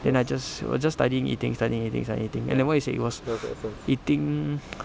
then I just well just studying eating studying eating studying eating then what it said it was eating